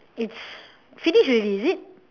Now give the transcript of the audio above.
it's finish already is it